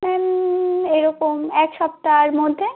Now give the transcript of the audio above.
ma'am এই রকম এক সপ্তাহর মধ্যে